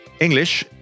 English